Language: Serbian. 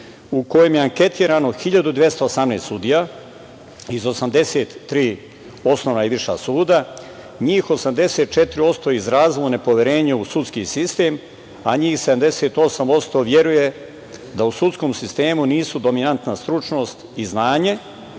u kojem je anketirano 1.218 sudija iz 83 osnovna i viša suda, njih 84% je izrazilo nepoverenje u sudski sistem, a njih 78% veruje da u sudskom sistemu nisu dominantna stručnost i znanje,